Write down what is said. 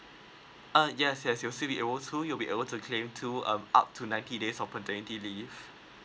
uh yes yes you you'll be able to claim to um up to ninety days of paternity leave